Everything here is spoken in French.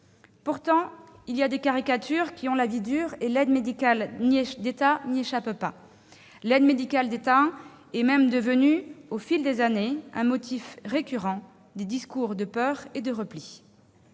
Pourtant, certaines caricatures ont la vie dure, et l'aide médicale de l'État n'y échappe pas. Elle est même devenue, au fil des années, un motif récurrent des discours de peur et de repli.